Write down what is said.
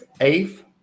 eighth